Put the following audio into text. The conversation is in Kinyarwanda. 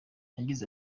yagize